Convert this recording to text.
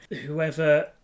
Whoever